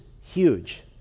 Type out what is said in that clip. huge